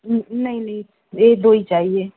नहीं नहीं ये दो ही चाहिए